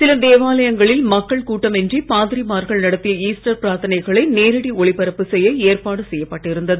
சில தேவாலயங்களில் மக்கள் கூட்டமின்றி பாதிரிமார்கள் நடத்திய ஈஸ்டர் பிரார்த்தனைகளை நேரடி ஒளிபரப்பு செய்ய ஏற்பாடு செய்யப்பட்டு இருந்தது